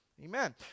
Amen